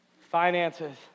Finances